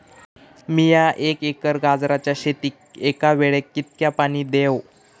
मीया एक एकर गाजराच्या शेतीक एका वेळेक कितक्या पाणी देव?